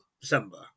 December